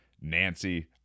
Nancy